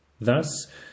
thus